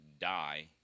die